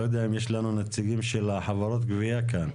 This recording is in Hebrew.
אני לא יודע אם יש לנו נציגים של חברות הגבייה כאן.